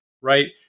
right